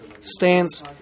stance